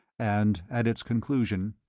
and, at its conclusion